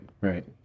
right